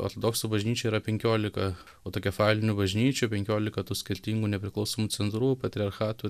ortodoksų bažnyčių yra penkiolika autokefalinių bažnyčių penkiolika tų skirtingų nepriklausomų centrų patriarchatų